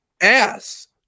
Ass